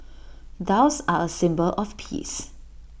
doves are A symbol of peace